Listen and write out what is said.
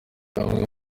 amwe